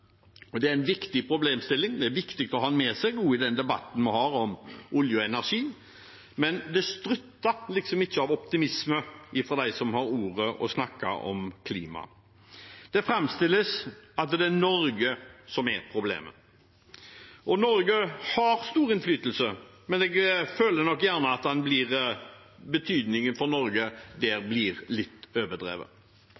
talerstolen. Det er en viktig problemstilling og viktig å ha med seg i denne debatten vi har om olje og energi, men det strutter liksom ikke av optimisme ifra dem som har ordet og snakker om klima. Det framstilles som at Norge er problemet. Og Norge har stor innflytelse, men jeg føler nok at Norges betydning gjerne blir litt overdrevet. Norge